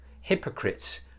hypocrites